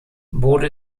bode